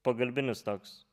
pagalbinis toks